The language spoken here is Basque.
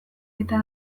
eta